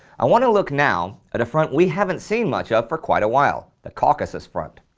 i want to look now at a front we haven't seen much of for quite a while, the caucasus front.